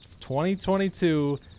2022